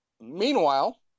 Meanwhile